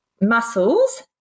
muscles